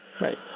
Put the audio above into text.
Right